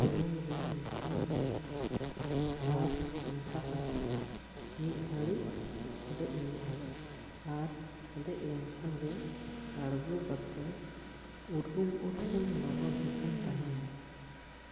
ᱥᱩᱱᱩᱢ ᱨᱮ ᱢᱮᱥᱟᱭ ᱦᱩᱭᱩᱜᱼᱟ ᱟᱨ ᱢᱮᱥᱟ ᱠᱟᱛᱮ ᱢᱤᱫ ᱜᱷᱟᱹᱲᱤᱡ ᱦᱮᱰᱮᱡ ᱦᱩᱭᱩᱜᱼᱟ ᱟᱨ ᱦᱮᱰᱮᱡ ᱞᱮᱱ ᱠᱷᱟᱱ ᱜᱮ ᱟᱹᱬᱜᱚ ᱠᱟᱛᱮ ᱩᱨᱜᱩᱢ ᱩᱨᱜᱩᱢ ᱞᱚᱞᱚ ᱡᱚᱠᱷᱚᱱ ᱛᱟᱦᱮᱱᱟ